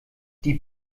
die